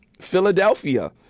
Philadelphia